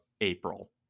April